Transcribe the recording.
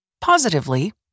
Positively